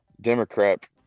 Democrat